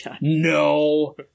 No